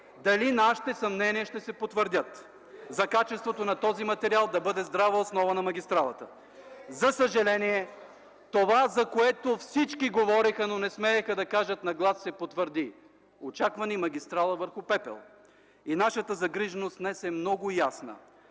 дали нашите съмнения ще се потвърдят за качеството на този материал да бъде здрава основа на магистралата. За съжаление това, за което всички говореха, но не смееха да кажат на глас, се потвърди: очаква ни магистрала върху пепел. Нашата загриженост днес е много ясна.